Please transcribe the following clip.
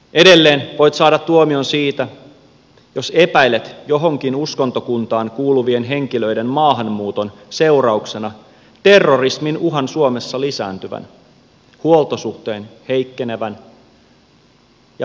edelleen voit saada tuomion siitä jos epäilet johonkin uskontokuntaan kuuluvien henkilöiden maahanmuuton seurauksena terrorismin uhan suomessa lisääntyvän huoltosuhteen heikkenevän ja perusturvallisuuden vähenevän